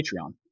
Patreon